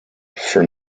for